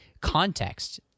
context